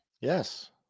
Yes